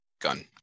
Gun